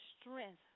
strength